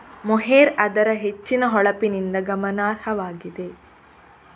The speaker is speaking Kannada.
ಮೊಹೇರ್ ಅದರ ಹೆಚ್ಚಿನ ಹೊಳಪಿನಿಂದ ಗಮನಾರ್ಹವಾಗಿದೆ